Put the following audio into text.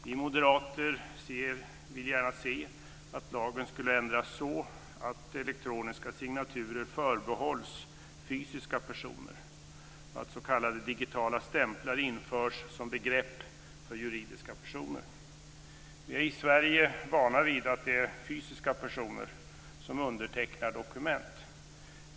Vi moderater vill gärna se att lagen ändras så att elektroniska signaturer förbehålls fysiska personer och att s.k. digitala stämplar införs som begrepp för juridiska personer. Vi är i Sverige vana vid att det är fysiska personer som undertecknar dokument.